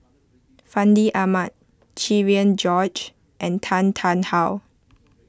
Fandi Ahmad Cherian George and Tan Tarn How